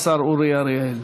השר אורי אריאל.